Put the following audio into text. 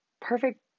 Perfect